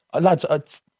lads